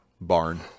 barn